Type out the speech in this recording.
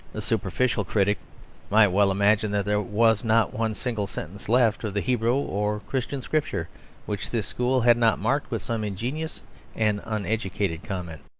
a superficial critic might well imagine that there was not one single sentence left of the hebrew or christian scriptures which this school had not marked with some ingenious and uneducated comment.